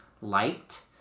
liked